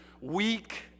weak